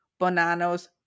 Bonanos